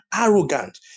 arrogant